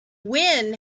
win